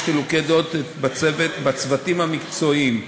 יש חילוקי דעות בצוותים המקצועיים,